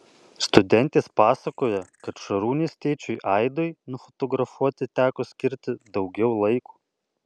studentės pasakoja kad šarūnės tėčiui aidui nufotografuoti teko skirti daugiau laiko